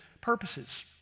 purposes